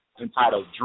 entitled